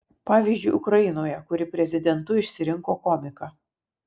pavyzdžiui ukrainoje kuri prezidentu išsirinko komiką